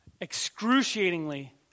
Excruciatingly